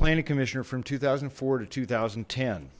planet commissioner from two thousand and four to two thousand and ten